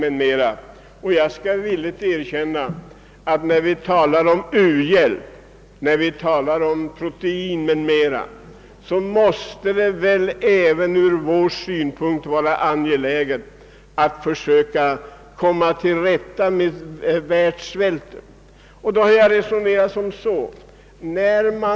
Vi talar ofta om u-hjälp och behovet av bl.a. protein, och det måste väl även ur vår synvinkel vara angeläget att försöka komma till rätta med världssvälten. Då har jag resonerat på följande sätt.